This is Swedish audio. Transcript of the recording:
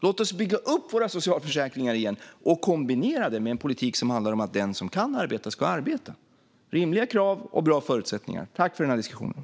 Låt oss bygga upp våra socialförsäkringar igen och kombinera dem med en politik som handlar om att den som kan arbeta ska arbeta! Det ska vara rimliga krav och bra förutsättningar. Tack för diskussionen!